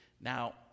now